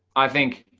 i think,